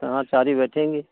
हाँ सारी बैठेंगी